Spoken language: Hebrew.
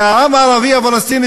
והעם הערבי הפלסטיני,